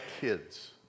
kids